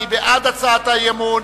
מי בעד הצעת האי-אמון?